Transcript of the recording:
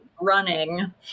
running